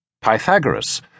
Pythagoras